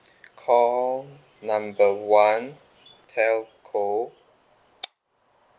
call number one telco